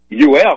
UF